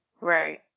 Right